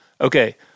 Okay